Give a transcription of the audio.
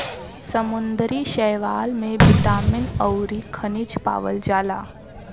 समुंदरी शैवाल में बिटामिन अउरी खनिज पावल जाला